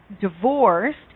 divorced